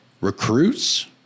recruits